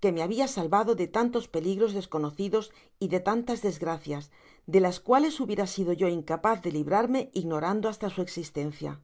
que me habia salvado de tantos peligros desconocidos y de tantas desgracias de las cuales hubiera sido yoihcapaz de librarme ignorando hasta su existencia